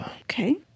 Okay